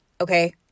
Okay